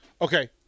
Okay